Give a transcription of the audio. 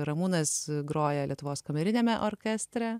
ramūnas groja lietuvos kameriniame orkestre